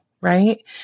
Right